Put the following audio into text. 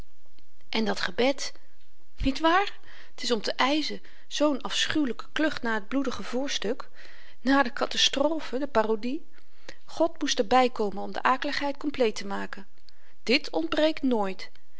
en dat gebed niet waar t is om te yzen zoo'n afschuwelyke klucht na t bloedige voorstuk na de katastrofe de parodie god moest er bykomen om de akeligheid kompleet te maken dit ontbreekt nooit